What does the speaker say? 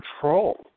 control